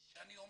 אני אומר,